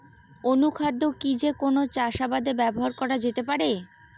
অনুখাদ্য কি যে কোন চাষাবাদে ব্যবহার করা যেতে পারে?